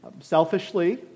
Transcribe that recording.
Selfishly